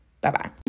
Bye-bye